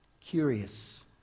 curious